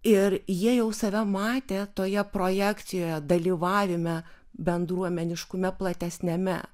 ir jie jau save matė toje projekcijoje dalyvavime bendruomeniškume platesniame